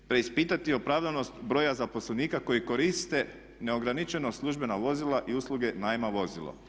Preispitati opravdanost broja zaposlenika koji koriste neograničeno službena vozila i usluge najma vozila.